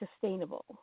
sustainable